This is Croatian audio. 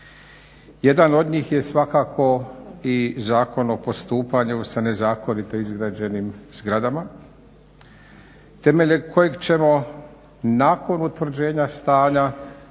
Jedan od njih je svakako i Zakon o postupanju sa nezakonito izgrađenim zgradama temeljem kojeg ćemo nakon utvrđenja stanja,